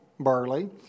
Barley